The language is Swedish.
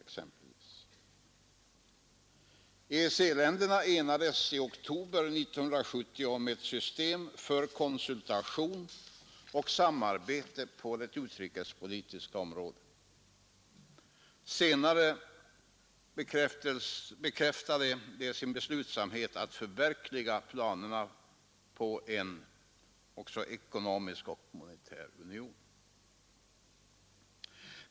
EEC-länderna enades i oktober 1970 om ett system för konsultation och samarbete på det utrikespolitiska området. Senare bekräftade de sin beslutsamhet att förverkliga också planerna på en ekonomisk och monetär union.